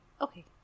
Okay